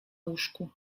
łóżku